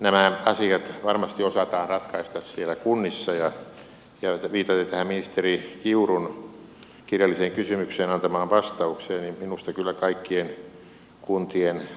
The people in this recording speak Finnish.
nämä asiat varmasti osataan ratkaista siellä kunnissa ja viitaten tähän ministeri kiurun kirjalliseen kysymykseen antamaan vastaukseen minusta kyllä kaikkien kuntien